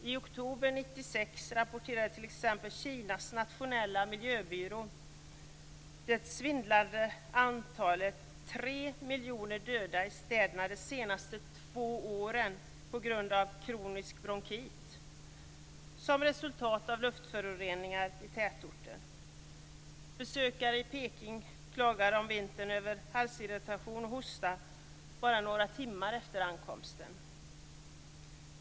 I oktober 1996 rapporterade t.ex. Kinas nationella miljöbyrå det svindlande antalet 3 miljoner döda i städerna de senaste två åren på grund av kronisk bronkit som resultat av luftföroreningar i tätorter. Besökare i Peking klagar om vintern över halsirritation och hosta bara några timmar efter ankomsten.